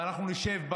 אנחנו נשב,